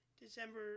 december